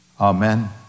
Amen